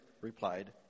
replied